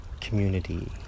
community